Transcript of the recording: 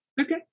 okay